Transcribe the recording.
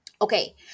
Okay